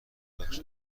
بخش